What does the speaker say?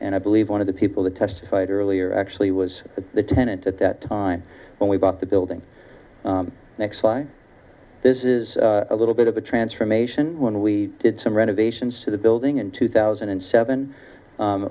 and i believe one of the people that testified earlier actually was the tenant at that time when we bought the building next why this is a little bit of a transformation when we did some renovations to the building in two thousand and seven